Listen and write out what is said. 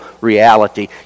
reality